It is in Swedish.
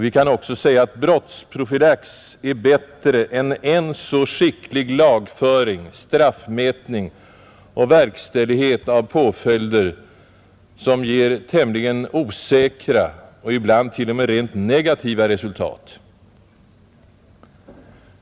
Vi kan också säga att brottsprofylax är bättre än aldrig så skicklig lagföring, straffmätning och verkställighet av påföljder som ger tämligen osäkra och ibland t.o.m. rent negativa resultat.